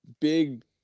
big